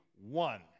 one